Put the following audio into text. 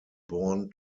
born